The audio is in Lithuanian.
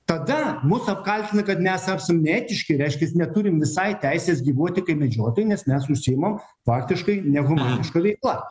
tada mus apkaltina kad mes ap neetiški reiškias neturim visai teisės gyvuoti kaip medžiotojai nes mes užsiimam faktiškai nehumaniška veikla